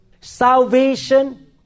Salvation